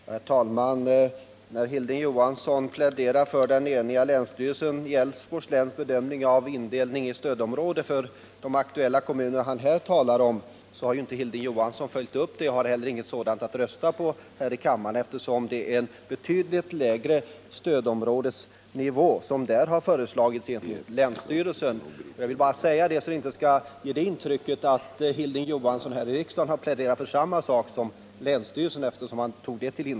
Herr talman! När Hilding Johansson pläderar för den bedömning som den eniga länsstyrelsen i Älvsborgs län gjort när det gäller indelning i ssödområde för de kommuner som han här talar om vill jag påpeka att Hilding Johansson inte har följt upp dessa förslag. Han har alltså inget sådant alternativ att rösta på här i kammaren, eftersom det är en lägre stödområdesnivå som han motionerat om. Jag vill säga detta för att man inte skall få det intrycket att Hilding Johansson här i riksdagen har pläderat för samma sak som länsstyrelsen.